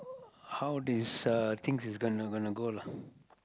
how this uh things is gonna gonna go lah